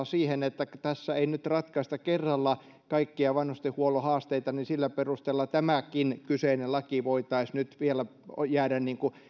siihen että tässä ei nyt ratkaista kerralla kaikkia vanhustenhuollon haasteita ja että sillä perusteella tämäkin kyseinen laki voisi nyt vielä jäädä